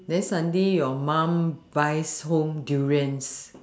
then suddenly your mum buys home durians